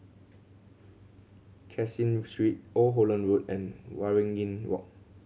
Caseen Street Old Holland Road and Waringin Walk